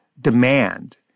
demand